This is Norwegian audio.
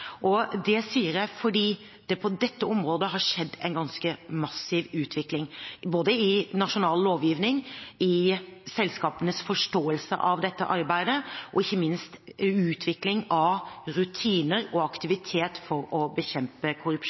Det sier jeg fordi det på dette området har skjedd en ganske massiv utvikling, både i nasjonal lovgivning, i selskapenes forståelse av dette arbeidet og ikke minst i utviklingen av rutiner og aktivitet for å bekjempe korrupsjon.